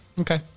Okay